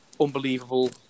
unbelievable